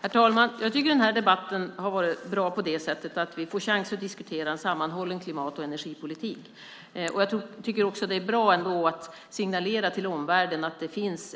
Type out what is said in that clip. Herr talman! Jag tycker att den här debatten har varit bra på det sättet att vi har fått en chans att diskutera en sammanhållen klimat och energipolitik. Det är bra att signalera till omvärlden att det finns